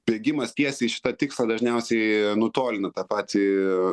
bėgimas tiesiai į šitą tikslą dažniausiai nutolina tą patį